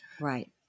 Right